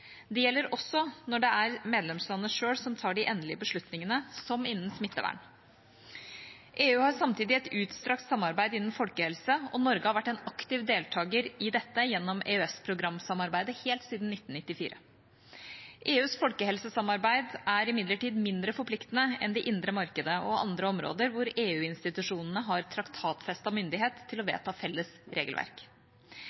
Det gjelder også når det er medlemslandene selv som tar de endelige beslutningene, som innenfor smittevern. EU har samtidig et utstrakt samarbeid innenfor folkehelse, og Norge har vært en aktiv deltaker i dette gjennom EØS-programsamarbeidet helt siden 1994. EUs folkehelsesamarbeid er imidlertid mindre forpliktende enn det indre marked og andre områder hvor EU-institusjonene har traktatfestet myndighet til å